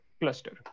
cluster